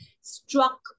struck